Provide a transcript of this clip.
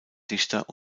dichter